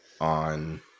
on